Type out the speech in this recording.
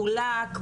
חולק,